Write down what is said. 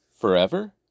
Forever